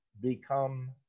become